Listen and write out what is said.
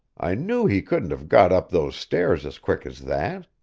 i knew he couldn't have got up those stairs as quick as that.